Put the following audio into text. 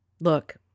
Look